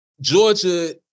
Georgia